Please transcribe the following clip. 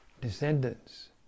descendants